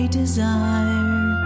desire